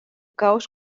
caos